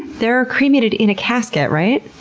they're cremated in a casket, right?